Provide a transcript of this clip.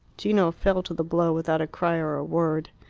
gino fell to the blow without a cry or a word.